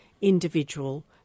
individual